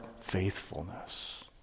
faithfulness